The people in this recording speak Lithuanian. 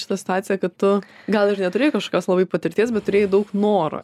šita situacija kad tu gal ir neturėjai kažkokios labai patirties bet turėjai daug noro